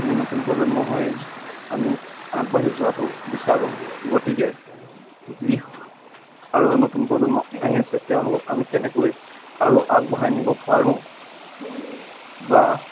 আমি নতুন প্ৰজন্ম হৈ আমি আগবাঢ়ি যোৱাতো বিচাৰোঁ গতিকে যি আৰু নতুন প্ৰজন্ম আহি আছে তেওঁলোকক আমি কেনেকৈ আৰু আগবঢ়াই নিব পাৰোঁ বা